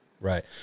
Right